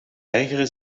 ergeren